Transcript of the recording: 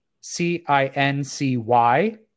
c-i-n-c-y